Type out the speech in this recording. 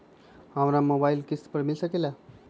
हमरा मोबाइल किस्त पर मिल सकेला?